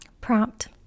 Prompt